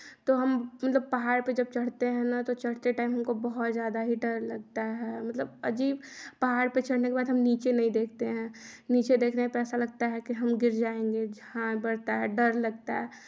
तो हम मतलब पहाड़ पे हम चढ़ते हैं ना तो चढ़ते टाइम हमको बहुत ज़्यादा ही डर लगता है मतलब अजीब पहाड़ पे चढ़ने के बाद हम नीचे नहीं देखते हैं नीचे देखने पे ऐसा लगता है कि हम गिर जाएंगे झाँय बढ़ता है डर लगता है